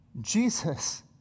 Jesus